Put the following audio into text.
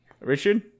Richard